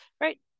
Right